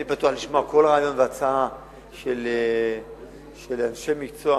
אני פתוח לשמוע כל רעיון והצעה של אנשי מקצוע